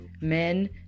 Men